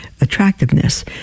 attractiveness